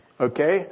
Okay